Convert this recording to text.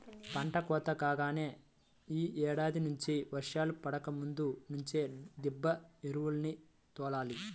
పంట కోత కాగానే యీ ఏడాది నుంచి వర్షాలు పడకముందు నుంచే దిబ్బ ఎరువుల్ని తోలాలి